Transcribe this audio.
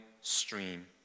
stream